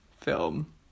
film